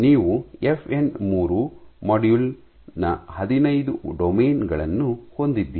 ನೀವು ಎಫ್ಎನ್ ಮೂರು ಮಾಡ್ಯೂಲ್ ನ ಹದಿನೈದು ಡೊಮೇನ್ ಗಳನ್ನು ಹೊಂದಿದ್ದೀರಿ